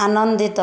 ଆନନ୍ଦିତ